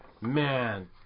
Man